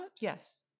Yes